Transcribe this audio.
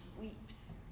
weeps